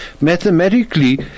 mathematically